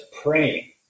praying